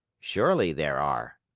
surely, there are,